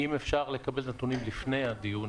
אם אפשר לקבל נתונים לפני הדיון,